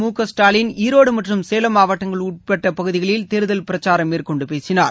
முகஸ்டாலின் ஈரோடு மற்றும் சேலம் மாவட்டங்களுக்கு உட்பட்ட பகுதிகளில் தேர்தல் பிரச்சாரம் மேற்கொண்டு பேசினார்